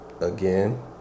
again